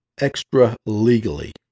extra-legally